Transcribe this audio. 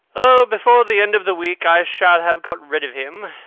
oh, before the end of the week i shall have got rid of him.